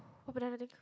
got banana I think